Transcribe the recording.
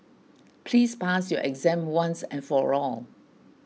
please pass your exam once and for all